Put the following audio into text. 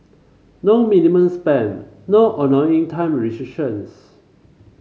no minimums spend no annoying time